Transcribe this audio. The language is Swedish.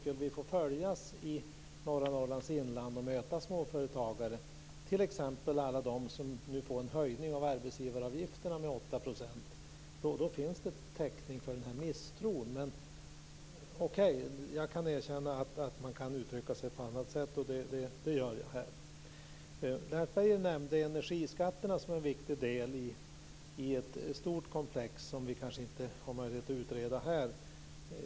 Skulle vi följas åt i norra Norrlands inland och möta småföretagare, t.ex. alla de som nu får en höjning av arbetsgivaravgifterna med 8 %, finns det täckning för misstron. Men okej, jag kan erkänna att man kan uttrycka sig på annat sätt, och det gör jag här. Lennart Beijer nämnde energiskatterna som en viktig del i ett stort komplex, som vi kanske inte har möjlighet att utreda här.